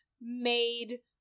made